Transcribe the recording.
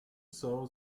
sow